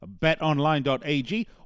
betonline.ag